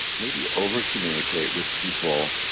maybe over-communicate with people,